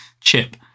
chip